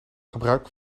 gebruik